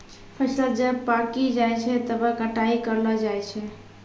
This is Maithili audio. फसल जब पाक्की जाय छै तबै कटाई करलो जाय छै